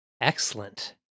excellent